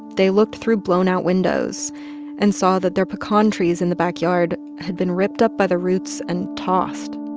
they looked through blown-out windows and saw that their pecan trees in the backyard had been ripped up by the roots and tossed.